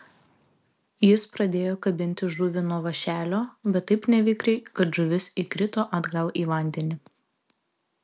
jis pradėjo kabinti žuvį nuo vąšelio bet taip nevikriai kad žuvis įkrito atgal į vandenį